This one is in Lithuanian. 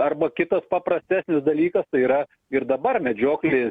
arba kitas paprastesnis dalykas yra ir dabar medžioklė